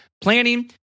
Planning